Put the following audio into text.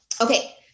Okay